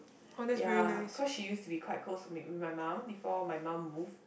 ya cause she use to be quite close to me with my mum before my mum move